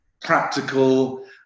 practical